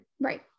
Right